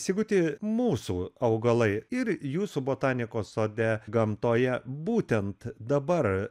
siguti mūsų augalai ir jūsų botanikos sode gamtoje būtent dabar